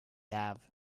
have